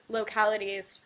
localities